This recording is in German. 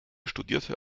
studierte